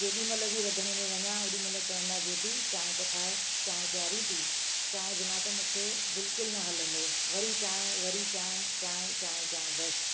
जेॾी म्लहि बि रंधिणे में वञा ओॾी महिल चवंदा ज्योति चाहिं त ठाए चाहिं पियारे ती चाहिं बिना त मूंखे बिल्कुलु न हलंदो वरी चाय वरी चाहिं चाहिं चाहिं चाहिं बसि